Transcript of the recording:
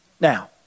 Now